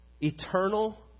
Eternal